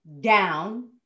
down